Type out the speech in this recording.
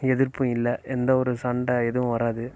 எதிர்ப்பும் இல்லை எந்த ஒரு சண்டை எதுவும் வராது